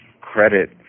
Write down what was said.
credit